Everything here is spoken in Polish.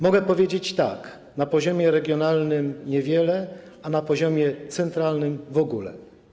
Mogę powiedzieć tak: na poziomie regionalnym - niewiele, a na poziomie centralnym - w ogóle.